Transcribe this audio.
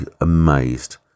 amazed